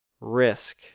Risk